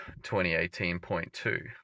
2018.2